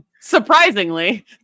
surprisingly